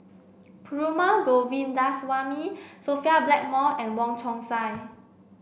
Perumal Govindaswamy Sophia Blackmore and Wong Chong Sai